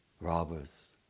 robbers